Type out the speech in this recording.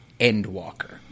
Endwalker